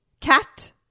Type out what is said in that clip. Cat